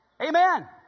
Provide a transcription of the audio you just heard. Amen